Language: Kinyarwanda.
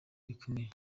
bikomeye